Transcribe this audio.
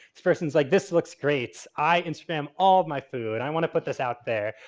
this person's like this looks great. i instagram all of my food. i want to put this out there.